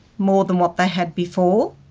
more than what they had before.